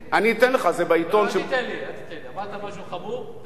לא, תגיד, תגיד, תגיד.